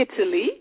Italy